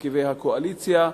מרכיבי הקואליציה,